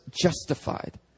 justified